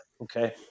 Okay